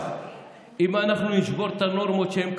אם אנחנו נשבור את הנורמות שהם קבעו,